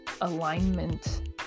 alignment